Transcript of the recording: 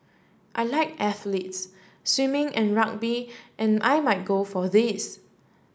I like athletes swimming and rugby and I might go for these